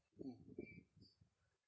mm